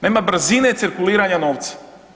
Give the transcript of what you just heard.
Nema brzine cirkuliranja novca.